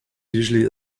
usually